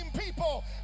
people